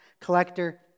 collector